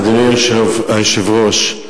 אדוני היושב-ראש,